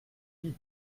vie